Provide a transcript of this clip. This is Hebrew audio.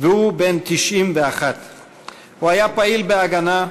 והוא בן 91. הוא היה פעיל ב"הגנה",